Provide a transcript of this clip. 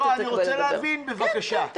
לא, אני רוצה להבין, בבקשה.